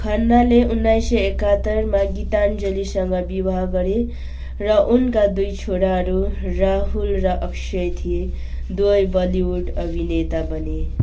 खन्नाले उन्नाइस सय एकहत्तरमा गीताञ्जलीसँग विवाह गरे र उनका दुई छोराहरू राहुल र अक्षय थिए दुवै बलिउड अभिनेता बने